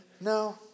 No